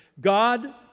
God